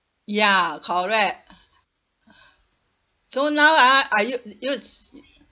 ya correct so now ah I u~ use